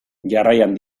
jarraian